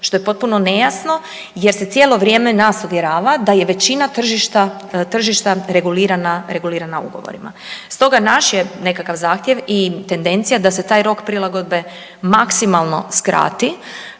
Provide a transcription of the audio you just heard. što je potpuno nejasno jer se cijelo vrijeme nas uvjerava da je većina tržišta regulirana ugovorima. Stoga naš je nekakav zahtjev i tendencija da se taj rok prilagodbe maksimalno skrati